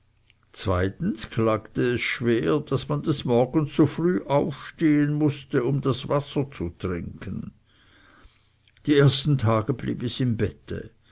zweitens klagte es schwer daß man des morgens so früh aufstehen mußte um das wasser zu trinken die ersten tage blieb es im bette